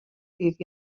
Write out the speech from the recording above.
ddydd